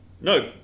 No